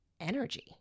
energy